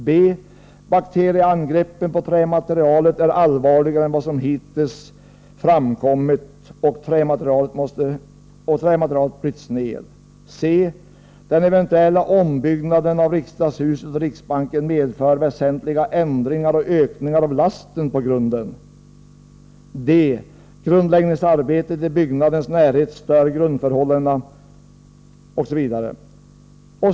B. Bakterieangreppen på trämaterialet är allvarligare än vad som hittills framkommit och trämaterialet bryts ned. Trots detta kommer man senare fram till att det nog inte är någon fara.